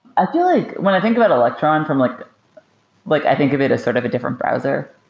i fell like when i think about electron from like like i think of it as sort of a different browser.